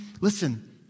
Listen